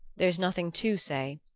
there's nothing to say,